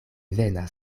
venas